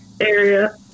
area